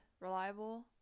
reliable